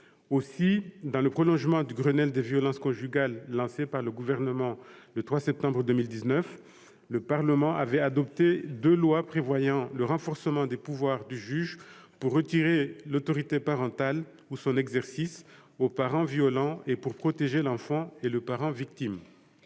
Aussi, dans le prolongement du Grenelle des violences conjugales, lancé par le Gouvernement le 3 septembre 2019, le Parlement avait adopté deux lois prévoyant le renforcement des pouvoirs du juge pour retirer l'autorité parentale ou son exercice au parent violent, et pour protéger l'enfant et le parent victime.